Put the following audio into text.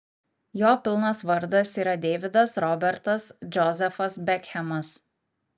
jo pilnas vardas yra deividas robertas džozefas bekhemas